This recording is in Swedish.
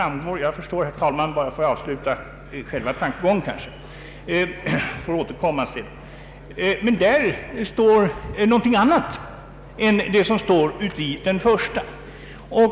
I den står någonting annat än vad vi först fick veta i riksbankens version, och den förtydligar även den åberopade texten från den 9 januari.